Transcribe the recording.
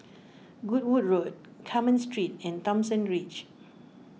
Goodwood Road Carmen Street and Thomson Ridge